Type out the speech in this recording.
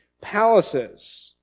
palaces